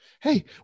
hey